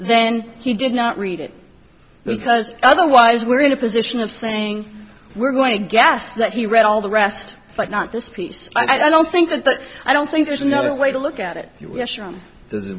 then he did not read it because otherwise we're in a position of saying we're going to guess that he read all the rest but not this piece i don't think that but i don't think there's another way to look at it